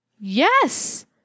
Yes